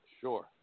Sure